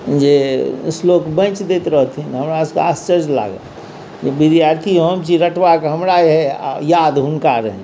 जे श्लोक बाइंच दैत रहथिन हमरा सबके आश्चर्य लागे जे विद्यार्थी हम छी रटबा के हमरा अछि आ याद हुनका रहनि